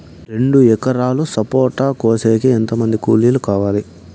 రెండు ఎకరాలు సపోట కోసేకి ఎంత మంది కూలీలు కావాలి?